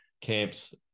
camps